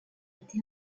été